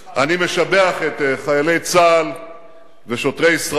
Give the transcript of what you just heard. אני משבח את חיילי צה"ל ושוטרי ישראל,